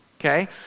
okay